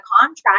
contract